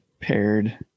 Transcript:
paired